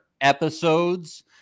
episodes